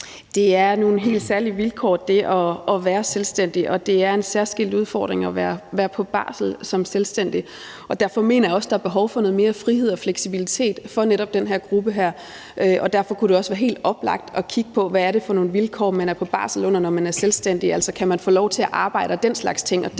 Det er nogle helt særlige vilkår, man har, når man er selvstændig, og det er en særskilt udfordring at være på barsel som selvstændig. Derfor mener jeg også, der er behov for noget mere frihed og fleksibilitet for netop den her gruppe, og derfor kunne det også være helt oplagt at kigge på, hvad det er for nogle vilkår, man er på barsel under, når man er selvstændig, altså om man kan få lov til at arbejde og den slags ting.